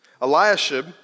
Eliashib